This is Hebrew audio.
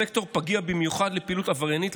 מדובר בסקטור פגיע במיוחד לפעילות עבריינית,